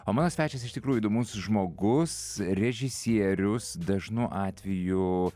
o mano svečias iš tikrųjų įdomus žmogus režisierius dažnu atveju